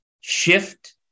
shift